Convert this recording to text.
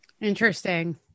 Interesting